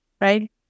right